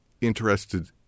interested